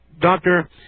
Doctor